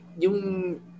yung